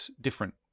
different